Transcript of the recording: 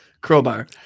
crowbar